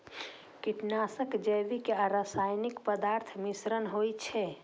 कीटनाशक जैविक आ रासायनिक पदार्थक मिश्रण होइ छै